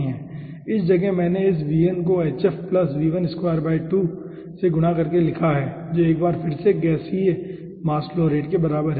इस जगह मैंने इस को से गुणा करके लिखा है जो एक बार फिर से गैसीय मास फ्लो रेट के बराबर है